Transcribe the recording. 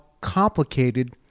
complicated